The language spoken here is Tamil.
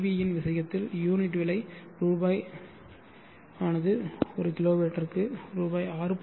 யின் விஷயத்தில் யூனிட் விலை ரூ கிலோவாட் ரூ 6